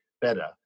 better